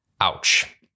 ouch